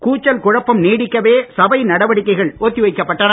கூச்சல் குழப்பம் நீடிக்கவே சபை நடவடிக்கைகள் ஒத்திவைக்கப் பட்டன